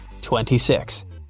26